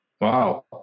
Wow